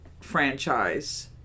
franchise